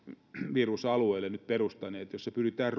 virusalueille nyt perustaneet jolla pyritään